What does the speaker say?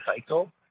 cycle